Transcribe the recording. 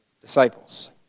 disciples